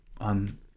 on